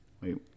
Wait